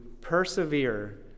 persevere